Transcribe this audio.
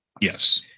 Yes